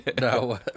No